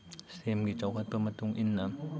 ꯁꯤ ꯑꯦꯝꯒꯤ ꯆꯥꯎꯈꯠꯄ ꯃꯇꯨꯡ ꯏꯟꯅ